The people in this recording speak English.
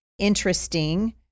interesting